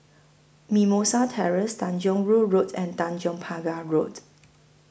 Mimosa Terrace Tanjong Rhu Road and Tanjong Pagar Road